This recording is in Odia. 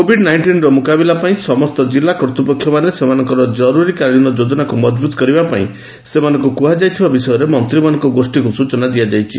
କୋଭିଡ୍ ନାଇଷ୍ଟିନର ମୁକାବିଲା ପାଇଁ ସମସ୍ତ ଜିଲ୍ଲା କର୍ତ୍ତ୍ୱପକ୍ଷମାନେ ସେମାନଙ୍କର କରୁରିକାଳୀନ ଯୋଜନାକୁ ମଜବୁତ କରିବା ପାଇଁ ସେମାନଙ୍କୁ କୁହାଯାଇଥିବା ବିଷୟରେ ମନ୍ତ୍ରୀମାନଙ୍କର ଗୋଷୀକୁ ସୂଚନା ଦିଆଯାଇଛି